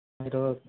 ఈరోజు